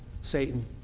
Satan